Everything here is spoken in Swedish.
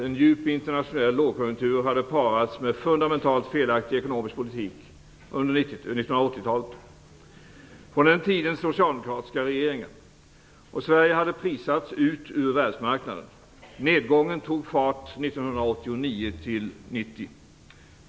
En djup internationell lågkonjunktur hade parats med en fundamentalt felaktig ekonomisk politik under 1980-talet från den tidens socialdemokratiska regeringar. Sverige hade prissatts ut ur världsmarknaden. Nedgången tog fart 1989 1990.